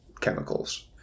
chemicals